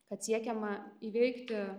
kad siekiama įveikti